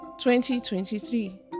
2023